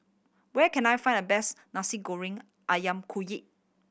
where can I find the best Nasi Goreng Ayam Kunyit